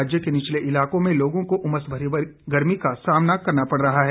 राज्य के निचले इलाकों में लोगों को उमस भरी गर्मी का सामना करना पड़ रहा है